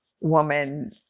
Woman